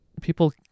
people